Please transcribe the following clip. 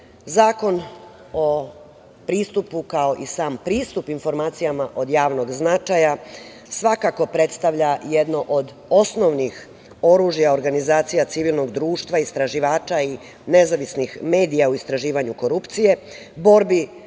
o pristupu, kao i sam pristup informacijama od javnog značaja, svakako predstavlja jedno od osnovnih oružja organizacija civilnog društva istraživača i nezavisnih medija u istraživanju korupcije, borbi